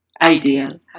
ideal